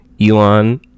Elon